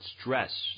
stress